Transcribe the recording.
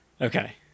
Okay